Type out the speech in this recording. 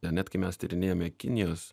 net kai mes tyrinėjame kinijos